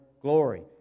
glory